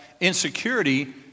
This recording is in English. insecurity